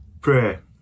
Prayer